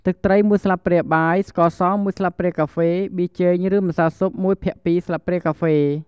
ទឹកត្រី១ស្លាបព្រាបាយ ស្ករស១ស្លាបព្រាកាហ្វេ ប៊ីចេង ឬម្សៅស៊ុប ១/២ ស្លាបព្រាកាហ្វេ